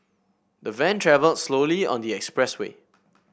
the van travel slowly on the expressway